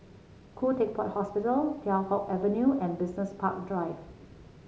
Khoo Teck Puat Hospital Teow Hock Avenue and Business Park Drive